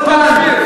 אבל תמשיך.